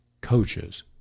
coaches